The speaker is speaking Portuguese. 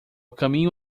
caminho